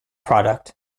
product